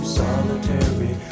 solitary